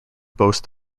boast